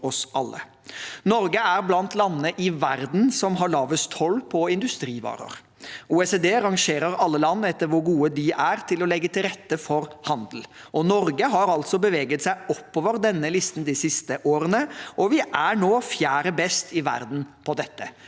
Norge er blant landene i verden som har lavest toll på industrivarer. OECD rangerer alle land etter hvor gode de er til å legge til rette for handel. Norge har beveget seg oppover denne listen de siste årene, og vi er nå fjerde best i verden på dette.